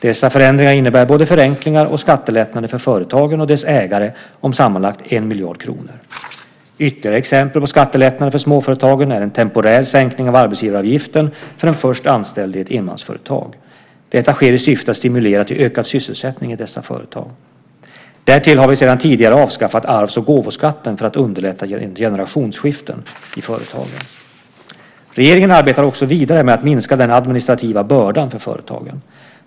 Dessa förändringar innebär både förenklingar och skattelättnader för företagen och dess ägare om sammanlagt 1 miljard kronor. Ytterligare exempel på skattelättnader för småföretagen är en temporär sänkning av arbetsgivaravgiften för den först anställde i ett enmansföretag. Detta sker i syfte att stimulera till ökad sysselsättning i dessa företag. Därtill har vi sedan tidigare avskaffat arvs och gåvoskatten för att underlätta generationsskiften i företagen. Regeringen arbetar också vidare med att minska den administrativa bördan för företagen.